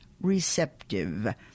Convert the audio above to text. receptive